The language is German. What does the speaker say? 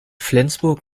flensburg